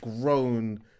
grown